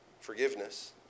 forgiveness